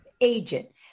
agent